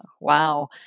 Wow